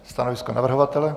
Stanovisko navrhovatele?